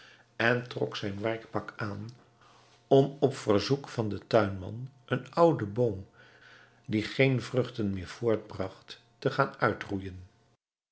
en trok zijn werkpak aan om op verzoek van den tuinman een ouden boom die geene vruchten meer voortbragt te gaan uitroeijen